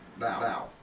Now